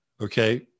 Okay